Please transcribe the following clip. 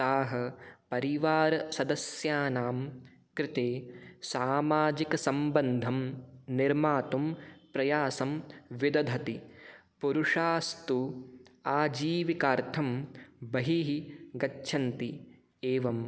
ताः परिवारसदस्यानां कृते सामाजिकसम्बन्धं निर्मातुं प्रयासं विदधति पुरुषास्तु आजीविकार्थं बहिः गच्छन्ति एवं